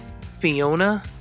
Fiona